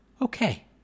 Okay